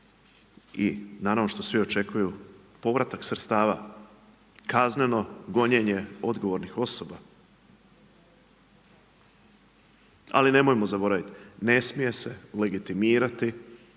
i naravno što svi očekuju, povratak sredstava, kazneno gonjenje odgovornih osoba. Ali nemojmo zaboraviti, ne smije se legitimirati